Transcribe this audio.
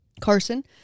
carson